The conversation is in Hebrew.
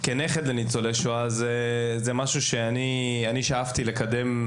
כנכד לניצולי שואה, זה משהו שאני שאפתי לקדם.